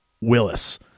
Willis